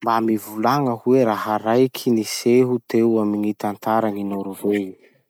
Mba mivolagna hoe raha raiky niseho teo amy gny tantaran'i Norvezy?